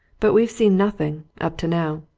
but we've seen nothing up to now.